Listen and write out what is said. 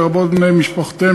לרבות בני משפחותיהם,